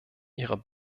ihrer